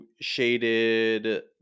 shaded